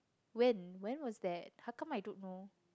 when when was that how come I don't know